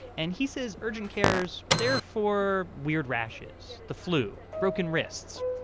and he says urgent care is there for weird rashes, the flu, broken wrists.